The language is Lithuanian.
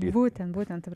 būtent būtent taip